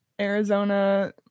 Arizona